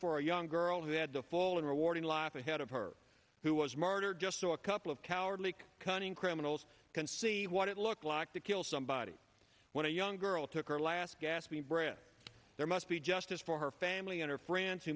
for a young girl who had the fall and rewarding life ahead of her who was murdered just so a couple of cowardly cunning criminals can see what it looked like to kill somebody when a young girl took her last gaspe breath there must be justice for her family in her france who